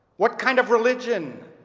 what kind of religion